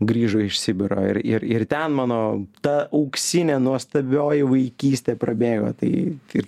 grįžo iš sibiro ir ir ir ten mano ta auksinė nuostabioji vaikystė prabėgo tai ir